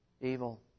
Evil